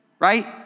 right